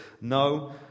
no